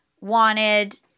wanted